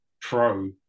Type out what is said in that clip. pro